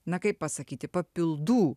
na kaip pasakyti papildų